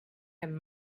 him